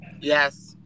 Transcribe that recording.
Yes